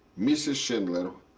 mrs. schindler,